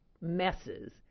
messes